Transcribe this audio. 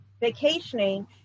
vacationing